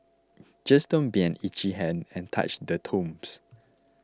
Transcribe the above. just don't be an itchy hand and touch the tombs